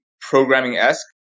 programming-esque